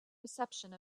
reception